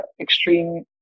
extreme